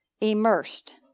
immersed